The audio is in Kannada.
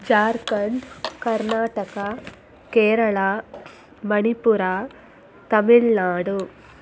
ಜಾರ್ಖಂಡ್ ಕರ್ನಾಟಕ ಕೇರಳ ಮಣಿಪುರ ತಮಿಳುನಾಡು